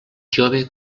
jove